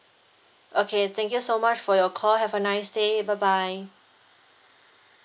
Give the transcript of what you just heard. okay thank you so much for your call have a nice day bye bye